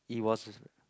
it was